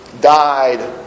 died